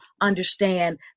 understand